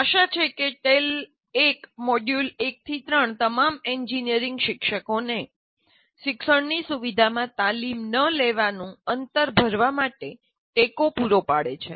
આશા છે કે ટેલ 1 મોડ્યુલ 1 3 તમામ એન્જિનિયરિંગ શિક્ષકોને શિક્ષણની સુવિધામાં તાલીમ ન લેવાનું અંતર ભરવા માટે ટેકો પૂરો પાડે છે